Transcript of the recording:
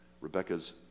Rebecca's